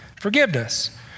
forgiveness